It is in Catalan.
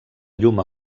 llum